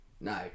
No